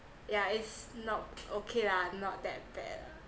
yeah it's not okay lah not that bad